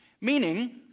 Meaning